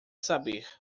saber